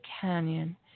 canyon